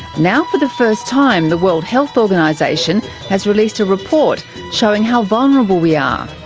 now for the first time the world health organisation has released a report showing how vulnerable we are.